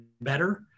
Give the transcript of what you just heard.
better